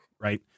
Right